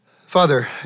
Father